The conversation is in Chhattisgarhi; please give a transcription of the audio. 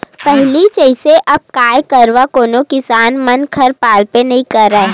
पहिली जइसे अब गाय गरुवा कोनो किसान मन घर पालबे नइ करय